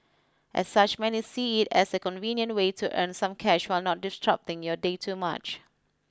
as such many see it as a convenient way to earn some cash while not disrupting your day too much